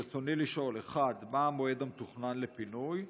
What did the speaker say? ברצוני לשאול: 1. מה המועד המתוכנן לפינוי?